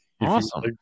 Awesome